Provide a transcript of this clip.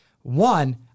One